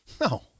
No